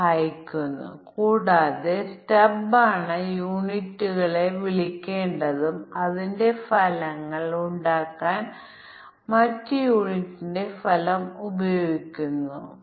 ഒരു കാര്യം ലളിതമായ പ്രശ്നങ്ങൾക്ക് ആശയങ്ങൾ നേരായ രീതിയിൽ പ്രയോഗിക്കാൻ കഴിയും എന്നാൽ ഇവിടെ നമുക്ക് ധാരാളം പരിശീലനം ആവശ്യമാണ്